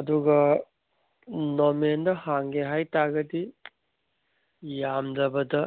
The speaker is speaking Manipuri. ꯑꯗꯨꯒ ꯅꯣꯔꯃꯦꯜꯗ ꯍꯥꯡꯒꯦ ꯍꯥꯏ ꯇꯥꯔꯒꯗꯤ ꯌꯥꯝꯗ꯭ꯔꯕꯗ